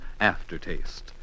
aftertaste